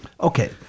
Okay